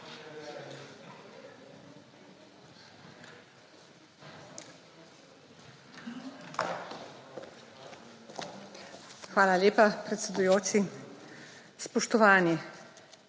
Hvala lepa, predsedujoči. Spoštovani,